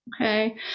Okay